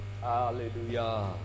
hallelujah